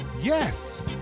Yes